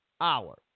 hour